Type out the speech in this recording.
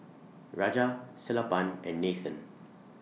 Raja Sellapan and Nathan